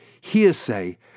hearsay